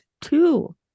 two